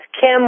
Kim